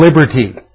liberty